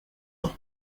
ans